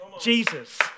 Jesus